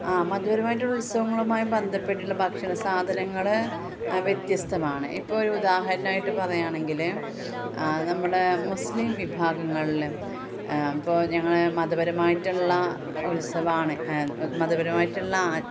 ആ മതപരമായിട്ടുള്ള ഉത്സവങ്ങളുമായി ബന്ധപ്പെട്ടിട്ടുള്ള ഭക്ഷണ സാധനങ്ങൾ വ്യത്യസ്തമാണ് ഇപ്പോൾ ഒരു ഉദാഹരണമായിട്ട് പറയുകയണെങ്കിൽ നമ്മുടെ മുസ്ലിം വിഭാഗങ്ങളിൽ ഇപ്പോൾ ഞങ്ങൾ മതപരമായിട്ടുള്ള ഉത്സവമാണ് മതപരമായിട്ടുള്ള ആചാരം